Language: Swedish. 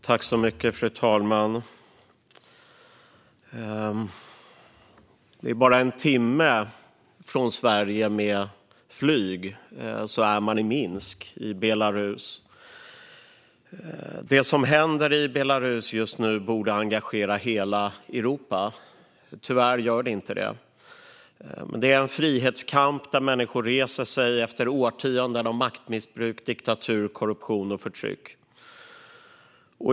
Fru talman! Det tar bara en timme med flyg från Sverige till Minsk i Belarus. Det som händer i Belarus just nu borde engagera hela Europa. Tyvärr gör det inte det. Det pågår en frihetskamp där människor reser sig efter årtionden av maktmissbruk, diktatur, korruption och förtryck.